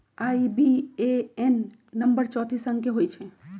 IBAN number चौतीस अंक के होइ छइ